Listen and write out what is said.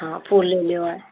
हाँ फूल लय लेओ आय